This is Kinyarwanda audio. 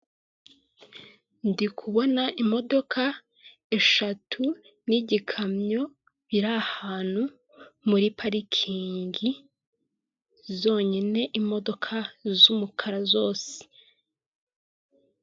Ndikubona imodoka eshatu n'gikamyo biri ahantu, muri parikingi zonyine imodoka z'umukara zose.